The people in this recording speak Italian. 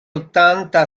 ottanta